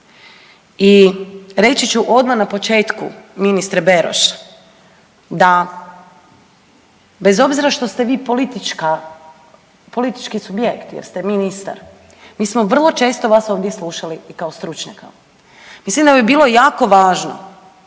I reći ću odmah na početku ministre Beroš, da bez obzira što ste vi politički subjekt jer ste ministar, mi smo vrlo često vas ovdje slušali i kao stručnjaka. Mislim da bi bilo jako važno